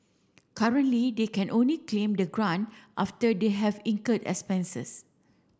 currently they can only claim the grant after they have incurred expenses